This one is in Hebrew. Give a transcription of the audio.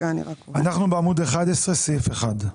אנחנו בעמוד 11, סעיף (1).